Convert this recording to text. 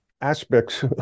aspects